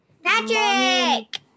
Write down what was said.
Patrick